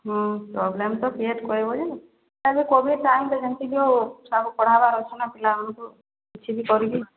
ହଁ ପ୍ରୋବ୍ଲେମ୍ ତ କ୍ରିଏଟ୍ କରିବ ଯେ ଏବେ କୋଭିଡ଼ ଟାଇମ୍ରେ ଯେମ୍ତି ବି ହଉ ପଢ଼ାବାର୍ ଅଛି ପିଲାମାନଙ୍କୁ କିଛି ବି କରିକି